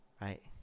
right